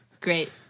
Great